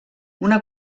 una